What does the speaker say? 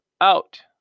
out